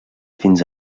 fins